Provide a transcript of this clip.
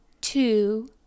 two